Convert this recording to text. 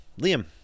Liam